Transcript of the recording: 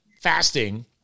fasting